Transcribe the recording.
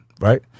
Right